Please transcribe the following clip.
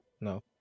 No